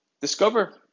Discover